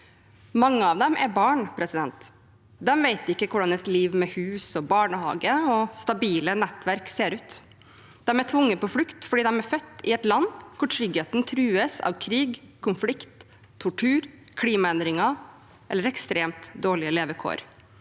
Mange av dem er barn. De vet ikke hvordan et liv med hus, barnehage og stabile nettverk ser ut. De er tvunget på flukt fordi de er født i et land hvor tryggheten trues av krig, konflikt, tortur, klimaendringer eller ekstremt dårlige levekår.